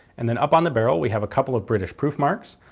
and then up on the barrel we have a couple of british proof marks.